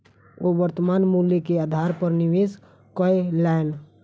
ओ वर्त्तमान मूल्य के आधार पर निवेश कयलैन